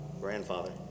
grandfather